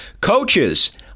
coaches